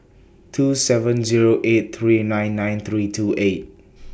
two seven Zero eight three nine nine three two eight